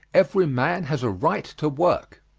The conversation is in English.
every man has a right to work.